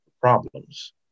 problems